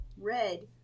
red